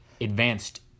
advanced